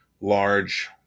large